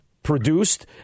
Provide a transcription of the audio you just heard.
produced